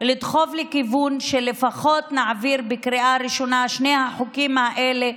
לדחוף לכיוון שלפחות נעביר בקריאה ראשונה את שני החוקים האלה,